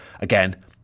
again